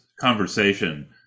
conversation